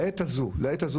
לעת הזאת,